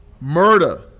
murder